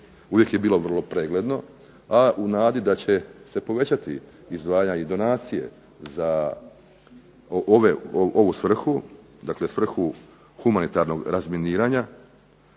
uvijek je bilo vrlo pregledno, a u nadi da će se povećati izdvajanja i donacije za ovu svrhu, dakle svrhu humanitarnog razminiranja